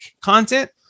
content